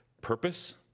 purpose